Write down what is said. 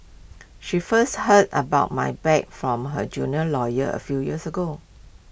she first heard about my bad from her junior lawyer A few years ago